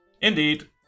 Indeed